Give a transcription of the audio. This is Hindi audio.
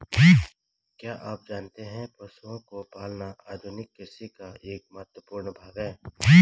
क्या आप जानते है पशुओं को पालना आधुनिक कृषि का एक महत्वपूर्ण भाग है?